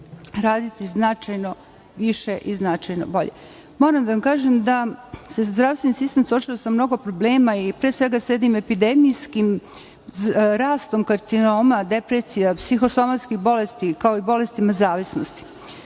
raditi značajno više i značajno bolje. Moram da vam kažem da se zdravstveni sistem suočava sa mnogo problema i pre svega sa jednim epidemijskim rastom karcinoma, depresija, psihosomatskih bolesti, kao i bolesti zavisnosti.